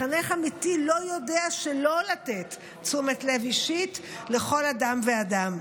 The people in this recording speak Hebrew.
מחנך אמיתי לא יודע לא לתת תשומת לב אישית לכל אדם ואדם.